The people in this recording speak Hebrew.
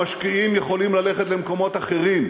המשקיעים יכולים ללכת למקומות אחרים.